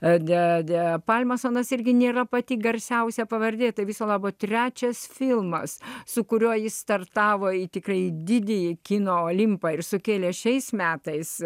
apie pajamas anas irgi nėra pati garsiausia pavardė tai viso labo trečias filmas su kuriuo jis startavo į tikrąjį didįjį kino olimpą ir sukėlė šiais metais